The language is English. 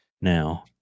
now